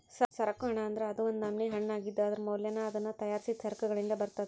ಸರಕು ಹಣ ಅಂದ್ರ ಅದು ಒಂದ್ ನಮ್ನಿ ಹಣಾಅಗಿದ್ದು, ಅದರ ಮೌಲ್ಯನ ಅದನ್ನ ತಯಾರಿಸಿದ್ ಸರಕಗಳಿಂದ ಬರ್ತದ